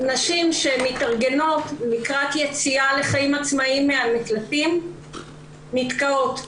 נשים שמתארגנות לקראת יציאה לחיים עצמאיים מהמקלטים נתקעות.